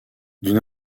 d’une